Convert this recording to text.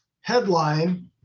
headline